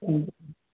অঁ